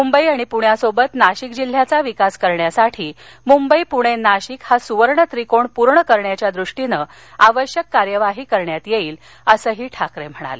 मुंबई आणि पुण्यासोबत नाशिक जिल्ह्याचा विकास करण्यासाठी मुंबई पुणे नाशिक हा सुवर्ण त्रिकोण पूर्ण करण्याच्या दृष्टीने आवश्यक कार्यवाही करण्यात येईल असंही ठाकरे म्हणाले